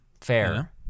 Fair